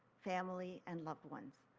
family and loved ones.